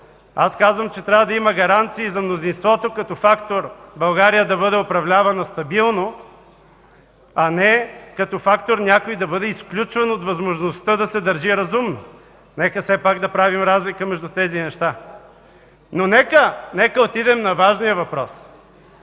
аз казвам, че трябва да има гаранции за мнозинството като фактор България да бъде управлявана стабилно, а не като фактор някой да бъде изключван от възможността да се държи разумно. Нека все пак да правим разлика между тези неща. Но нека отидем на важния въпрос